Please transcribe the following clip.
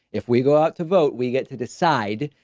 if we go out to vote, we get to decide.